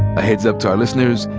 a heads up to our listeners.